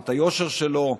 את היושר שלו.